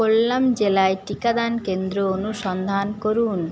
কোল্লাম জেলায় টিকাদান কেন্দ্র অনুসন্ধান করুন